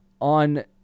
on